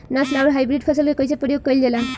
नस्ल आउर हाइब्रिड फसल के कइसे प्रयोग कइल जाला?